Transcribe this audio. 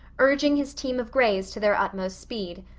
urging his team of grays to their utmost speed.